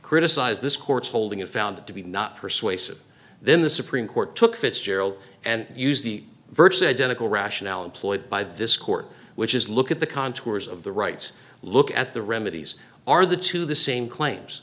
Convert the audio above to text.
criticized this court's holding and found it to be not persuasive then the supreme court took fitzgerald and used the virtually identical rationale employed by this court which is look at the contours of the rights look at the remedies are the two the same claims